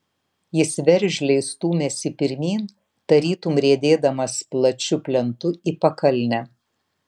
jis veržliai stūmėsi pirmyn tarytum riedėdamas plačiu plentu į pakalnę